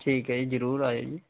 ਠੀਕ ਹੈ ਜ਼ਰੂਰ ਆਇਓ ਜੀ